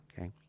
okay